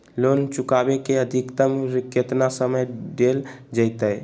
Loan चुकाबे के अधिकतम केतना समय डेल जयते?